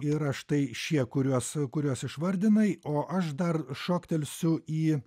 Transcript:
yra štai šie kuriuos kuriuos išvardinai o aš dar šoktelsiu į